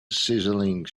sizzling